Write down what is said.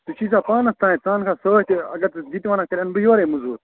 یہِ چھِی ژےٚ پانَس تانۍ ژٕ اَنکھا سۭتۍ اَگر ژٕ یِتہِ وَنَکھ تیٚلہِ اَنہٕ بہٕ یوٚرَے موٚزوٗر